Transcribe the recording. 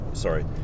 Sorry